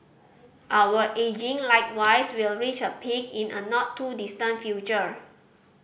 our ageing likewise will reach a peak in a not too distant future